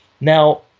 Now